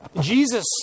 Jesus